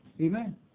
Amen